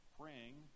praying